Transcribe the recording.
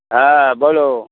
হ্যাঁ বলো